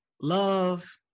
love